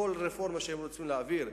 כל רפורמה שהם ירצו להעביר,